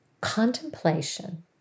contemplation